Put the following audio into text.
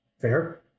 Fair